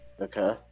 Okay